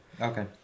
Okay